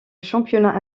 championnat